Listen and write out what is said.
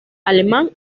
alemán